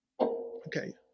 Okay